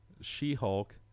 She-Hulk